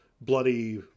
Bloody